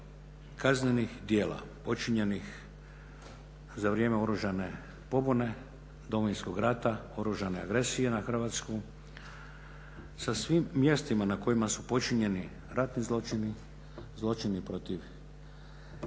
kaznenih djela počinjenih za vrijeme oružane pobune, Domovinskog rata, oružane agresije na Hrvatsku, sa svim mjestima na kojima su počinjeni ratni zločini, zločini protiv civilnog